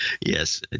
Yes